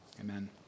Amen